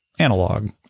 analog